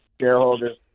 shareholders